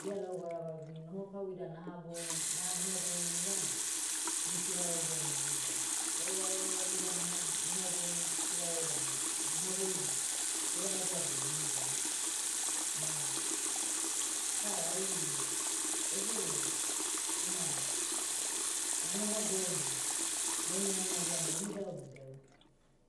Dia lau varavaragu ini nohokau ida naha boumu- na nohoboumu neganai, ni sivairaidia na idau. Lau varavaragu ida naha nohoboumu sivarai danu, nohobou, herevadia danu idau. Ma, kara ai, egu, una, nanohoboum, taunimanimadia na idauidau.